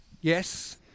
Yes